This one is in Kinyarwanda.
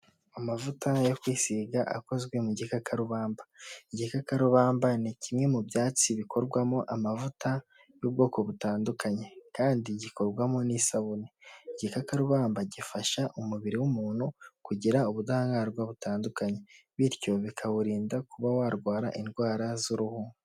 Amavuta yo kwisiga akozwe mu gikakarubamba, igikakarubamba ni kimwe mu byatsi bikorwamo amavuta y'ubwoko butandukanye kandi gikorwamo n'isabune, igikakarubamba gifasha umubiri w'umuntu kugira ubudahangarwa butandukanye bityo bikawurinda kuba warwara indwara z'uruhu.